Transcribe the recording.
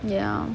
ya